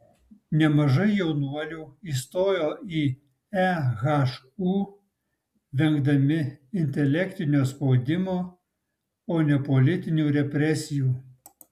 nemažai jaunuolių įstojo į ehu vengdami intelektinio spaudimo o ne politinių represijų